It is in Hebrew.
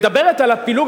מדברת על הפילוג.